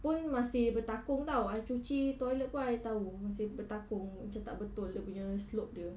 pun masih bertakung [tau] I cuci toilet pun I tahu masih bertakung macam tak betul dia punya slope dia